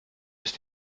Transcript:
ist